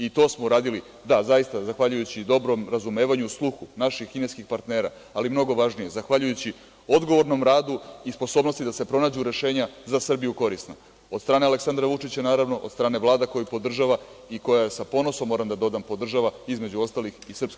I to smo uradili, zaista, zahvaljujući dobrom razumevanju, sluhu naših kineskih partnera, ali mnogo važnije, zahvaljujući odgovornom radu i sposobnosti da se pronađu rešenja za Srbiju korisna, od strane Aleksandra Vučića, naravno, od strane Vlade koju podržava i koju sa ponosom, moram da dodam, podržava, između ostalih, i SNS.